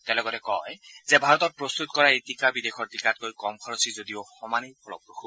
তেওঁ লগতে কয় যে ভাৰতত প্ৰস্তত কৰা এই টীকা বিদেশৰ টীকাতকৈ কম খৰচী যদিও সমানেই ফলপ্ৰসু